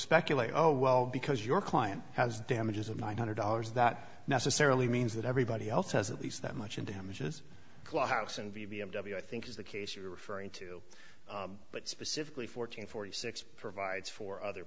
speculate oh well because your client has damages of nine hundred dollars that necessarily means that everybody else hasn't least that much in damages clubhouse and b b m w i think is the case you're referring to but specifically fourteen forty six provides for other